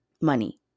money